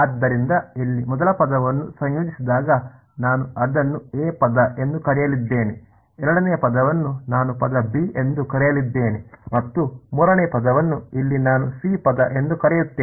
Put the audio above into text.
ಆದ್ದರಿಂದ ಇಲ್ಲಿ ಮೊದಲ ಪದವನ್ನು ಸಂಯೋಜಿಸಿದಾಗ ನಾನು ಅದನ್ನು ಎ ಪದ ಎಂದು ಕರೆಯಲಿದ್ದೇನೆ ಎರಡನೆಯ ಪದವನ್ನು ನಾನು ಪದ ಬಿ ಎಂದು ಕರೆಯಲಿದ್ದೇನೆ ಮತ್ತು ಮೂರನೆಯ ಪದವನ್ನು ಇಲ್ಲಿ ನಾನು ಸಿ ಪದ ಎಂದು ಕರೆಯುತ್ತೇನೆ